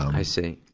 i see.